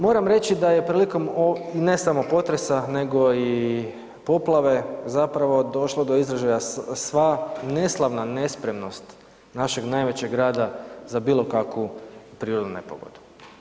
Moram reći da je prilikom ne samo potresa, nego i poplave zapravo došlo do izražaja sva neslavna nespremnost našeg najvećeg grada za bilo kakvu prirodnu nepogodu.